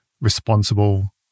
responsible